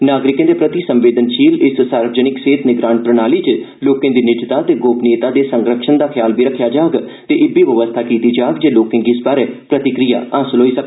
नागरिकें दे प्रति संवेदनशील इस सार्वजनिक सेहत निगरान प्रणाली च लोकें दी निजता ते गोपनीयता दे संरक्षण दा ध्यान रक्खेआ जाग ते एह बी बवस्था कीती जाग जे लोकें गी इस बारै प्रतिक्रिया हासल होई सकै